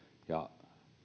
ja